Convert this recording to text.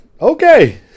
Okay